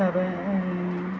സാറെ അത്